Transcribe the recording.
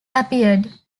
appeared